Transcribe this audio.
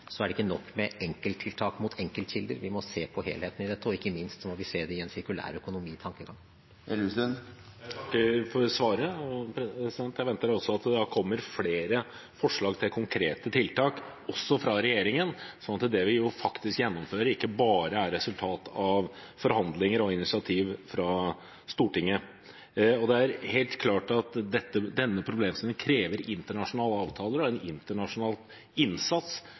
er det ikke nok med enkelttiltak mot enkeltkilder. Vi må se på helheten i dette, og ikke minst må vi se det i en sirkulær økonomitankegang. Jeg takker for svaret, og jeg venter at det kommer flere forslag til konkrete tiltak også fra regjeringen, slik at det vi faktisk gjennomfører, ikke bare er et resultat av forhandlinger og initiativ fra Stortinget. Det er helt klart at denne problemstillingen krever internasjonale avtaler og en internasjonal innsats